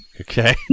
Okay